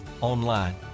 online